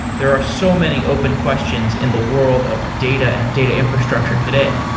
there are so many open questions in the world of data and data infrastructure today.